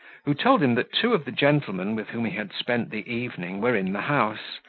who told him that two of the gentlemen with whom he had spent the evening were in the house,